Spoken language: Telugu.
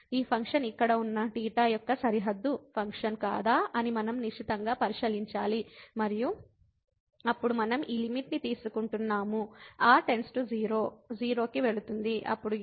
ఈ ఫంక్షన్ ఇక్కడ ఉన్న θ యొక్క సరిహద్దు ఫంక్షన్ కాదా అని మనం నిశితంగా పరిశీలించాలి మరియు అప్పుడు మనం ఈ లిమిట్ ని తీసుకుంటున్నాము r → 0 0 కి వెళుతుంది అప్పుడు ఇది 0 అవుతుంది